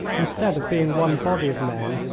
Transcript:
instead of being one body of men,